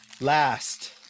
last